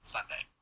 Sunday